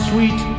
Sweet